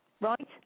right